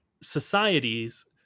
societies